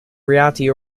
reality